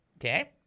Okay